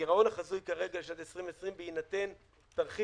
הגירעון החזוי כרגע לשנת 2020, בהינתן תרחיש